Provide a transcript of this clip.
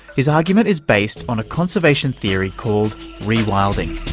his argument is based on a conservation theory called rewilding.